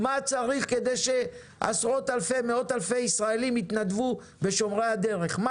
מה צריך כדי שעשרות אלפי ומאות אלפי ישראלים יתנדבו בשומרי הדרך.